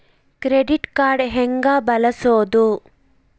Credit card ಹೆಂಗ ಬಳಸೋದು?